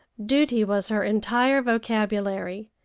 duty was her entire vocabulary,